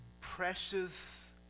precious